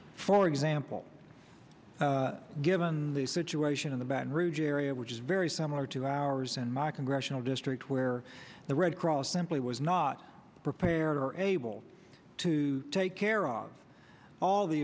for example given the situation in the baton rouge area which is very similar to ours in my congressional district where the red cross simply was not prepared or able to take care of all the